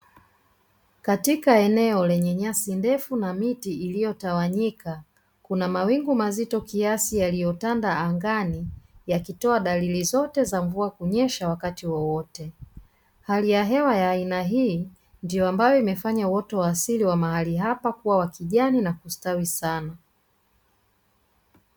Katika eneo lenye nyasi ndefu na miti iliyotawanyika, kuna mawingu mazito kiasi yaliyotanda angani; yakitoa dalili zote za mvua kunyesha wakati wowote. Hali ya hewa ya aina hii, ndio ambayo imefanya uoto wa asili wa mahali hapa kuwa wa kijani na kustawi sana.